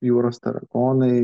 jūros tarakonai